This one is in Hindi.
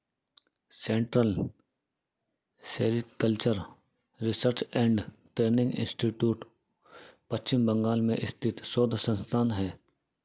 central sericultural research and training institute Paschim Bengal में स्थित शोध संस्थान है